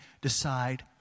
decide